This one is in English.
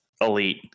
Elite